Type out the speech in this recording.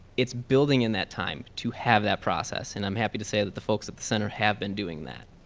it's building in that time to have that process. and i'm happy to say that the folks at the center have been doing that.